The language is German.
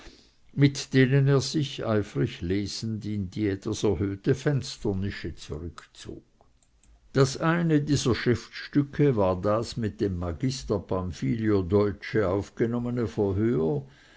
mit denen er sich eifrig lesend in die etwas erhöhte fensternische zurückzog das eine dieser schriftstücke war das mit dem magister pamfilio dolce aufgenommene verhör